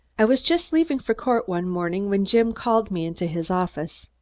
i was just leaving for court one morning when jim called me into his office.